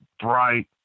bright